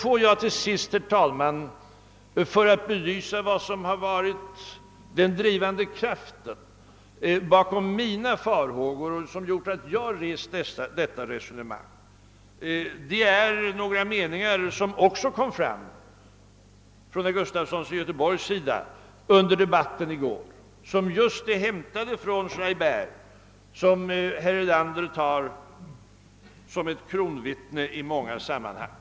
Får jag till sist, herr talman, för att belysa vad som har varit den drivande kraften bakom mina farhågor och som har gjort att jag rest detta resonemang, nämna några meningar som också framfördes under debatten i går, nämligen av herr Gustafson i Göteborg, och vilka just är hämtade från Servan Schreiber, :som ju herr Erlander tar som ett kronvittne i många sammanhang.